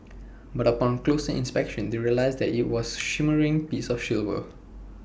but upon closer inspection they realised that IT was A shimmering piece of silver